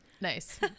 Nice